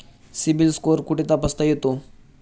CIBIL score कुठे तपासता येतो?